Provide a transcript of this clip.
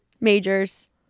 majors